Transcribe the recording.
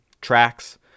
tracks